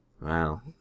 Wow